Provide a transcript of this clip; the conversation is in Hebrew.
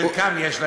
לחלקם יש,